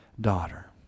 daughter